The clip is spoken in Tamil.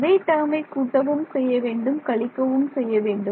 அதே டேர்மை கூட்டவும் செய்யவேண்டும் கழிக்கவும் செய்யவேண்டும்